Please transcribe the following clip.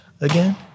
again